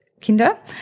kinder